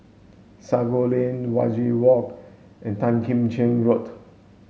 Sago Lane Wajek Walk and Tan Kim Cheng Road